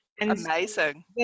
amazing